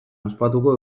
ospatuko